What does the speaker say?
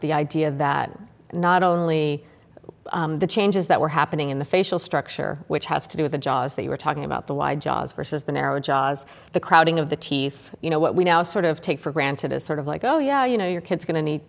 the idea that not only the changes that were happening in the facial structure which have to do with the jaws that you were talking about the wide jaws versus the narrow jaws the crowding of the teeth you know what we now sort of take for granted is sort of like oh yeah you know your kid's going to need